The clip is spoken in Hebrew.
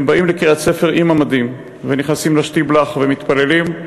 הם באים לקריית-ספר עם המדים ונכנסים לשטיבלך ומתפללים,